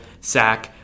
sack